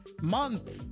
month